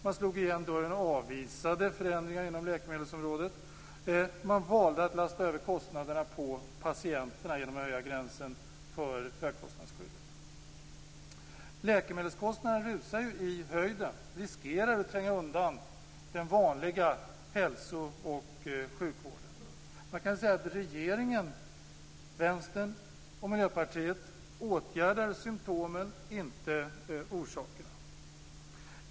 Man slog igen dörren och avvisade förändringar inom läkemedelsområdet. Man valde att lasta över kostnaderna på patienterna genom att höja gränsen för högkostnadsskyddet. Läkemedelskostnaderna rusar i höjden och riskerar att tränga undan den vanliga hälso och sjukvården. Regeringen, Vänstern och Miljöpartiet åtgärdade symtomen, inte orsakerna.